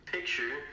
Picture